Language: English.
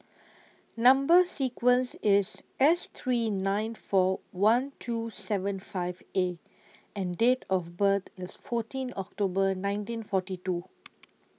Number sequence IS S three nine four one two seven five A and Date of birth IS fourteen October nineteen forty two